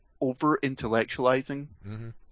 over-intellectualizing